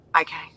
Okay